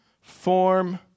form